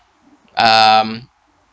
um